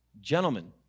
Gentlemen